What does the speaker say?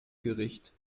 gericht